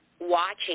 watching